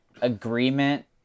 agreement